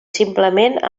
simplement